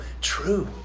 true